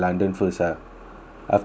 after that like